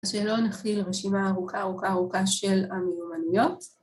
‫שלא נחיל רשימה ארוכה ארוכה ארוכה ‫של המיומנויות.